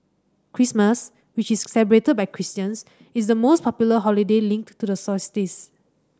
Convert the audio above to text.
Christmas which is celebrated by Christians is the most popular holiday linked to the solstice